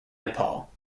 nepal